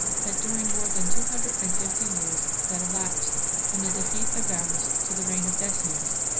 that during more than two hundred and fifty years that elapsed from the defeat of varus to the reign of decius,